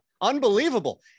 Unbelievable